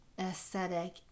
aesthetic